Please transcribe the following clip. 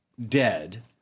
dead